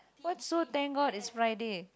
what's so thank god it's Friday